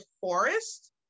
forest